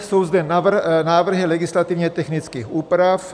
Jsou zde návrhy legislativně technických úprav.